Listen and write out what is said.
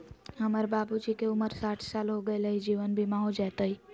हमर बाबूजी के उमर साठ साल हो गैलई ह, जीवन बीमा हो जैतई?